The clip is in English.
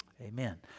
Amen